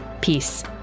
Peace